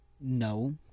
No